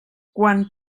quan